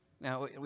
Now